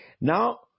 Now